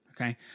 Okay